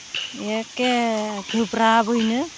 एखे गोब्राबैनो